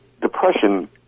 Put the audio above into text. depression